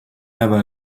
never